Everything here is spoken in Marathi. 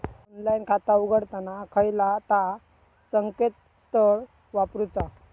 ऑनलाइन खाता उघडताना खयला ता संकेतस्थळ वापरूचा?